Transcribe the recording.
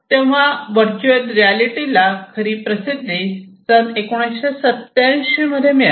तेव्हा व्हर्च्युअल रियालिटीला खरी प्रसिद्धी सन 1987 मध्ये मिळाली